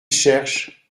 cherche